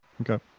Okay